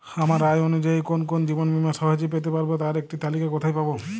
আমার আয় অনুযায়ী কোন কোন জীবন বীমা সহজে পেতে পারব তার একটি তালিকা কোথায় পাবো?